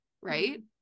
right